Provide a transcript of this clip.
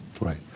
right